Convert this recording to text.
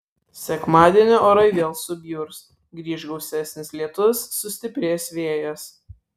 sekmadienį orai vėl subjurs grįš gausesnis lietus sustiprės vėjas